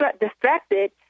distracted